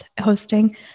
hosting